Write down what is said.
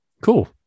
Cool